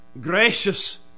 gracious